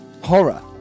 Horror